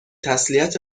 تسلیت